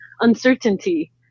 uncertainty